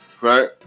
right